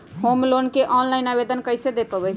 Home loan के online आवेदन कैसे दें पवई?